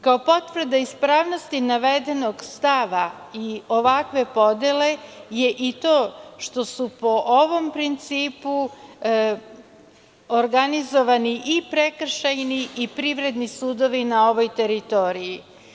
Kao potvrda ispravnosti navedenog stava i ovakve podele je i to što su po ovom principu organizovani i prekršajni i privredni sudovi na ovoj teritoriji.